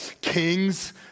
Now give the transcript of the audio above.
Kings